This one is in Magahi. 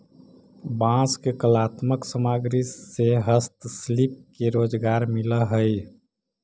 बांस के कलात्मक सामग्रि से हस्तशिल्पि के रोजगार मिलऽ हई